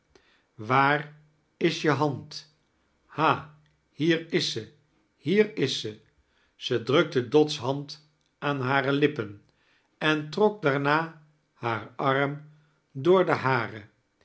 waar is je hand ha hier is ze hier is ze zij drukte dot's hand aan hare lippen en took daarna haar arm door den haren